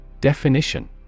Definition